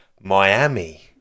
miami